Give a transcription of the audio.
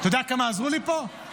אתה יודע כמה עזרו לי פה?